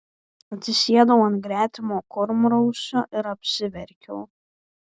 atsisėdau ant gretimo kurmrausio ir apsiverkiau